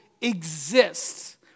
exists